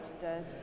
dead